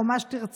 או מה שתרצי.